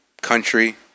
country